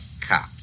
cops